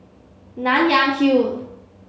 Nanyang Hill